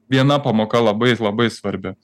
viena pamoka labai labai svarbi